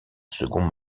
second